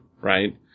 Right